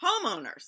homeowners